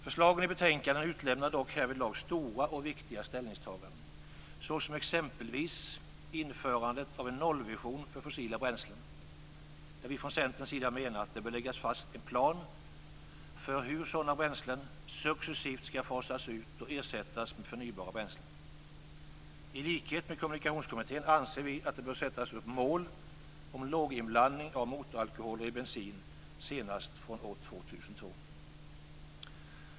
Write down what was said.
Förslagen i betänkandet utelämnar dock härvidlag stora och viktiga ställningstaganden, såsom införandet av en nollvision för fossila bränslen, där vi från Centerns sida menar att det bör läggas fast en plan för hur sådana bränslen successivt skall fasas ut och ersättas med förnybara bränslen. I likhet med Kommunikationskommittén anser vi att det bör sättas upp mål om låginblandning av motoralkoholer i bensin senast från år 2002.